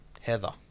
Heather